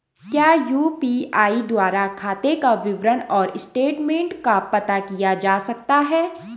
क्या यु.पी.आई द्वारा खाते का विवरण और स्टेटमेंट का पता किया जा सकता है?